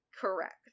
Correct